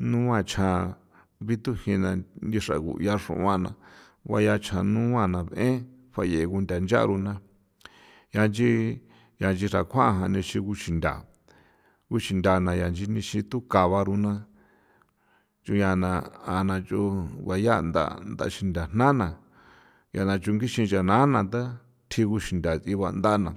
nua chjan bithujina xraaguya xruan nguaya chanua bayee kuthan nchaon nuja nchi xrakuan ixin kuxinthan kuxinthan inchin thu kaoba nchaon yaaa naa yoo ncha ntha njana nchana thungixi ncha na na tsji kuxintha diiba ntha na.